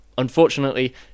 Unfortunately